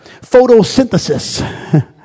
photosynthesis